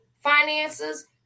finances